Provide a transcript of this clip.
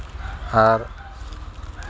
ᱟᱨ